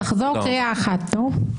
תחזור קריאה אחת, נו.